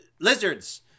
lizards